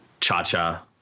cha-cha